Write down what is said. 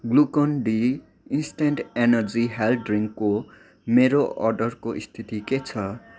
Glucon D instant energy health ड्रिङ्कको मेरो अर्डरको स्थिति के छ